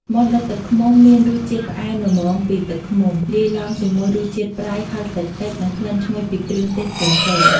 មាន់ដុតទឹកឃ្មុំមានរសជាតិផ្អែមល្មមពីទឹកឃ្មុំ លាយឡំជាមួយរសជាតិប្រៃ ហឹរតិចៗ និងក្លិនឈ្ងុយពីគ្រឿងទេសផ្សេងៗ។